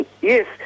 yes